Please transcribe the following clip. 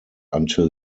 until